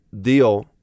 deal